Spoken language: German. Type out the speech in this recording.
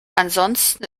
ansonsten